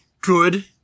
good